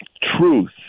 Truth